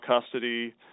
custody